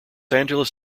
angeles